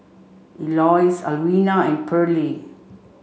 Eloise Alwina and Pearlie